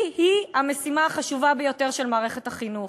היא המשימה החשובה ביותר של מערכת החינוך.